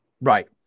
Right